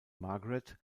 margaret